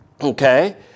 Okay